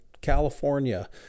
California